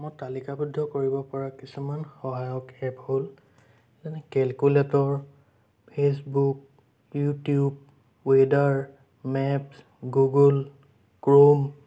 মই তালিকাবদ্ধ কৰিব পৰা কিছুমান সহায়ক এপ হ'ল যেনে calculator Facebook YouTube weather maps Google Chrome